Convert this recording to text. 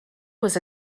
was